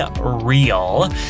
Real